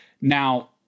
Now